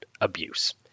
abuse